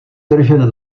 držen